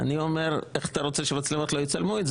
אני אמרתי: "איך אתה רוצה שהמצלמות לא יצלמו את זה,